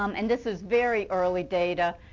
um and this is very early data,